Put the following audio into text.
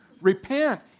Repent